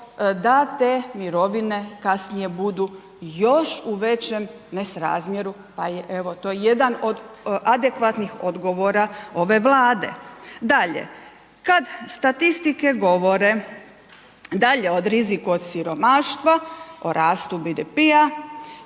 da te mirovine kasnije budu još u većem nesrazmjeru. Pa je evo to jedan od adekvatnih odgovora ove Vlade. Dalje kad statistike govore dalje od riziku od siromaštva, o rastu BDP-a,